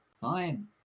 fine